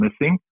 missing